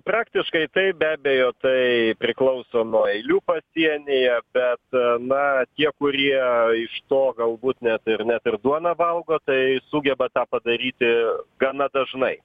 praktiškai tai be abejo tai priklauso nuo eilių pasienyje bet na tie kurie iš to galbūt net ir net ir duoną valgo tai sugeba tą padaryti gana dažnai